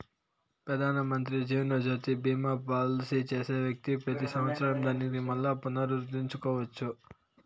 పెదానమంత్రి జీవనజ్యోతి బీమా పాలసీ చేసే వ్యక్తి పెతి సంవత్సరం దానిని మల్లా పునరుద్దరించుకోవచ్చు